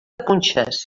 punxes